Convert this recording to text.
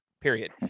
period